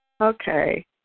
Okay